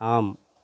ஆம்